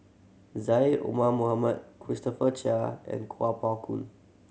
Syed Omar Mohamed Christopher Chia and Kuo Pao Kun